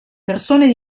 persone